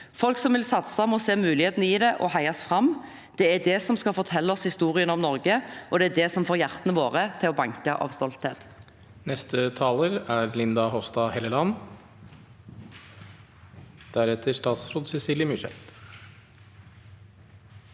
Folk som vil satse, må se mulighetene i det og heies fram. Det er det som skal fortelle oss historien om Norge, og det er det som får hjertene våre til å banke av stolthet.